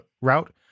route